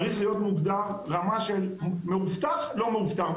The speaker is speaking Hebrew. צריך להיות מוגדר רמה של מאובטח ולא מאובטח,